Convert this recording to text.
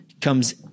comes